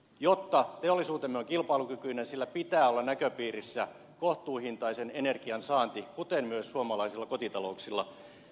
jotta teollisuutemme on kilpailukykyinen sillä pitää olla näköpiirissä kohtuuhintaisen energian saanti kuten myös suomalaisilla kotitalouksilla